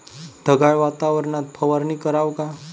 ढगाळ वातावरनात फवारनी कराव का?